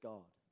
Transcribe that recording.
God